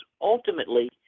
ultimately